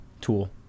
tool